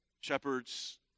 Shepherds